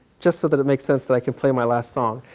just so that it makes sense that i can play my last song.